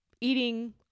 eating